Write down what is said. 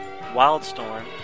Wildstorm